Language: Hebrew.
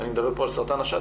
ואני מדבר פה על סרטן השד,